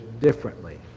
differently